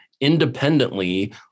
independently